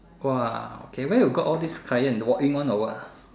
!wah! okay where you got all this clients walk in one or what